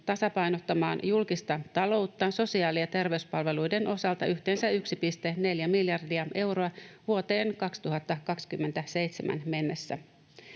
tasapainottamaan julkista taloutta sosiaali- ja terveyspalveluiden osalta yhteensä 1,4 miljardia euroa vuoteen 2027 mennessä.